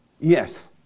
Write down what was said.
Yes